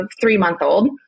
three-month-old